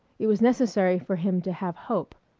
it was necessary for him to have hope.